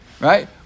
right